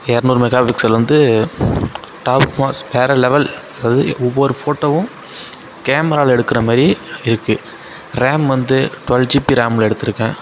எரநூறு மெகாஃபிக்சல் வந்து top most வேறு லெவல் ஒவ்வொரு ஃபோட்டோவும் கேமராவில் எடுக்குற மாதிரி இருக்குது ரேம் வந்து டுவெல் ஜிபி ரேமில் எடுத்திருக்கேன்